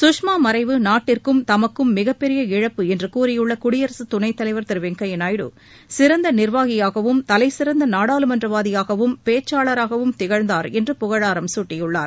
குஷ்மா மறைவு நாட்டிற்கும் தமக்கும் மிகப்பெரிய இழப்பு என்று கூறியுள்ள குடியரசு துணைத்தலைவர் திரு வெங்கப்ய நாயுடு சிறந்த நிர்வாகியாகவும் தலைசிறந்த நாடாளுமன்றவாதியாகவும் பேச்சாளராகவும் திகழந்தார் என்று புகழாரம் குட்டியுள்ளார்